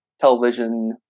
television